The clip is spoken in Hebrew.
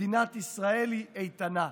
מדינת ישראל היא איתנה.